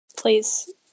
Please